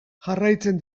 jarraitzen